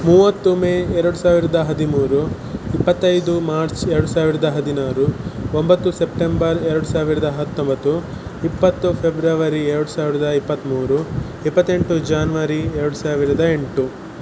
ಮೂವತ್ತು ಮೇ ಎರಡು ಸಾವಿರದ ಹದಿಮೂರು ಇಪ್ಪತ್ತೈದು ಮಾರ್ಚ್ ಎರಡು ಸಾವಿರದ ಹದಿನಾರು ಒಂಬತ್ತು ಸೆಪ್ಟೆಂಬರ್ ಎರಡು ಸಾವಿರದ ಹತ್ತೊಂಬತ್ತು ಇಪ್ಪತ್ತು ಫೆಬ್ರವರಿ ಎರಡು ಸಾವಿರದ ಇಪ್ಪತ್ತ್ಮೂರು ಇಪ್ಪತ್ತೆಂಟು ಜ್ಯಾನ್ವರಿ ಎರಡು ಸಾವಿರದ ಎಂಟು